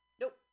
Nope